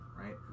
Right